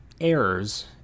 errors